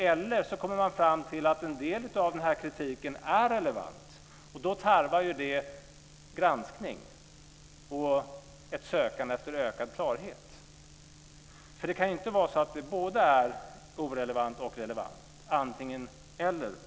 Eller så kommer man fram till att en del av den här kritiken är relevant. Då tarvar det en granskning och ett sökande efter ökad klarhet. Det kan ju inte vara så att det både är irrelevant och relevant. Det måste vara antingen eller.